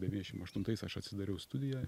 devyniasdešim aštuntais aš atsidariau studiją